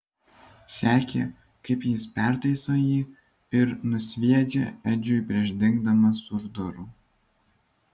sekė kaip jis pertaiso jį ir nusviedžia edžiui prieš dingdamas už durų